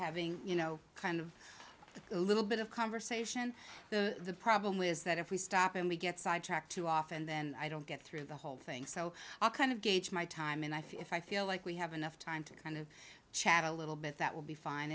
having you know kind of a little bit of conversation the problem with that if we stop and we get sidetracked too often then i don't get through the whole thing so i'll kind of gauge my time and i think if i feel like we have enough time to kind of chat a little bit that will be fine